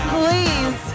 please